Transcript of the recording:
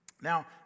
Now